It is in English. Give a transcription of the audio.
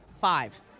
five